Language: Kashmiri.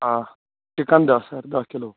آ چِکن دہ سَر دہ کلوٗ